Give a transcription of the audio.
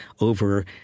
over